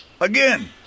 Again